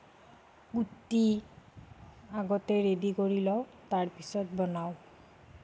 কুটি আগতে ৰেডি কৰি লওঁ তাৰপিছত বনাওঁ